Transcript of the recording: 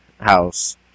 house